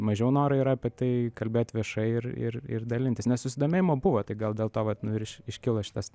mažiau noro yra apie tai kalbėt viešai ir ir ir dalintis nes susidomėjimo buvo tai gal dėl to vat nu ir iš iškilo šitas